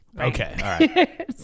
Okay